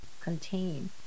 contain